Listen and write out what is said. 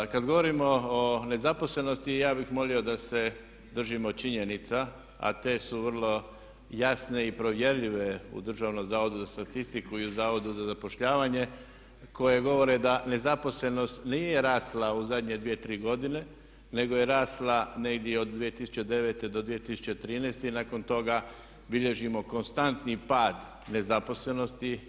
Kad govorimo o nezaposlenosti ja bih molio da se držimo činjenica, a te su vrlo jasne i provjerljive u Državnom zavodu za statistiku i u Zavodu za zapošljavanje koje govore da nezaposlenost nije rasla u zadnje dvije, tri godine nego je rasla negdje od 2009. do 2013. i nakon toga bilježimo konstantni pad nezaposlenosti.